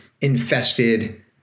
infested